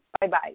Bye-bye